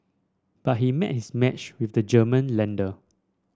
but he met his match with the German lender